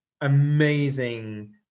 amazing